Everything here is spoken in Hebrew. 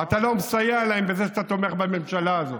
אתה לא מסייע להם בזה שאתה תומך בממשלה הזאת.